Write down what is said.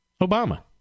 Obama